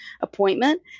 appointment